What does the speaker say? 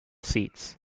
seats